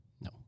No